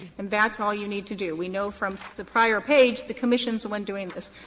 and that's all you need to do. we know from the prior page the commission is the one doing this.